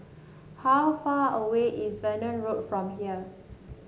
how far away is Verdun Road from here